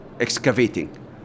excavating